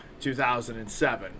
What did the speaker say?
2007